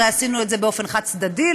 הרי עשינו את זה באופן חד-צדדי,